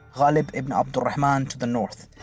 ghalib ibn abd al-rahman to the north.